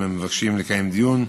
אם הם מבקשים לקיים דיון,